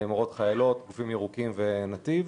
מורות-חיילות, גופים ירוקים ונתיב,